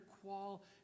qual